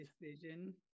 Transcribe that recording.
decision